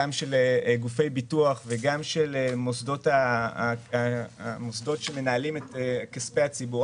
של גופי ביטוח ושל המוסדות שמנהלים את כספי הציבור.